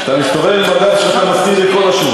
אתה מסתובב עם הגב שלך, אתה מסתיר לי את כל השורה.